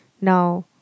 Now